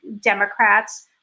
Democrats